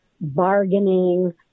bargaining